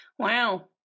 wow